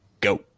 Go